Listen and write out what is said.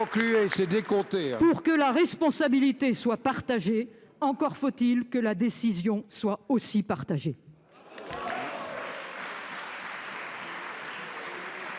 Pour que la responsabilité soit partagée, encore faut-il que la décision le soit aussi. La parole